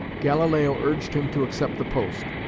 galileo urged him to accept the post,